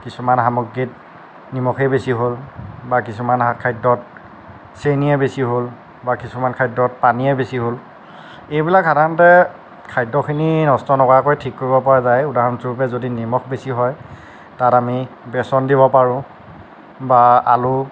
কিছুমান সামগ্ৰীত নিমখেই বেছি হ'ল বা কিছুমান খাদ্যত চেনিহে বেছি হ'ল বা কিছুমান খাদ্যত পানিয়েই বেছি হ'ল এইবিলাক সাধাৰণে খাদ্যখিনি নষ্ট নকৰাকৈ ঠিক কৰিব পৰা যায় উদাহৰণস্বৰূপে যদি নিমখ বেছি হয় তাত আমি বেচন দিব পাৰোঁ বা আলু